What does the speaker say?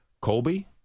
colby